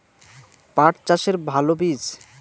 পাঠ চাষের ভালো বীজ?